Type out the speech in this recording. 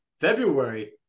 february